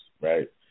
Right